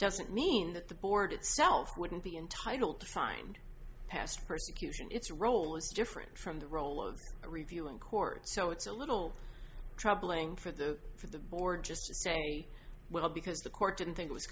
doesn't mean that the board itself wouldn't be entitled to find past persecution its role is different from the role of review in court so it's a little troubling for the for the board just to say well because the court didn't think it was